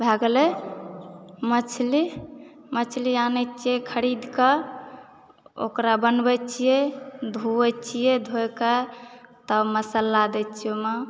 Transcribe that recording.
भै गेलय मछली मछली आनैत छियै खरीदकऽ ओकरा बनबैत छियै धुएत छियै धोइकऽ तब मसल्ला दैत छियै ओहिमऽ